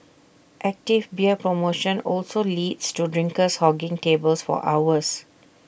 active beer promotion also leads to drinkers hogging tables for hours